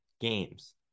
games